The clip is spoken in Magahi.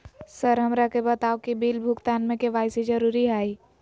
सर हमरा के बताओ कि बिल भुगतान में के.वाई.सी जरूरी हाई?